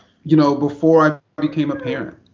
you know, before i became a parent.